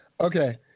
Okay